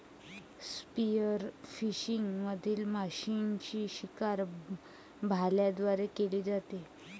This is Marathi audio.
स्पीयरफिशिंग मधील माशांची शिकार भाल्यांद्वारे केली जाते